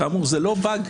כאמור, זה לא באג.